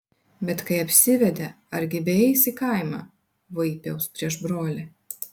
bet kai apsivedė argi beeis į kaimą vaipiaus prieš brolį